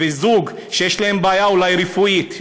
וזוג שיש להם בעיה אולי רפואית,